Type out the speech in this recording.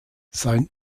sein